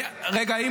רגע,